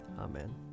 Amen